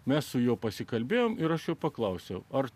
mes su juo pasikalbėjome ir aš paklausiau ar